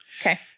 Okay